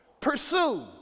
Pursue